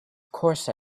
course